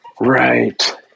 Right